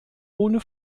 ohne